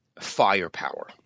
Firepower